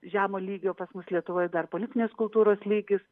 žemo lygio pas mus lietuvoj dar politinės kultūros lygis